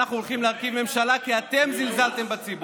אנחנו הולכים להרכיב ממשלה כי אתם זלזלתם בציבור.